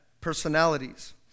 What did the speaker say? personalities